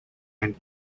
and